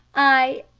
i